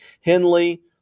Henley